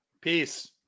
Peace